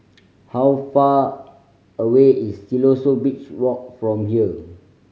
how far away is Siloso Beach Walk from here